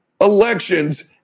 elections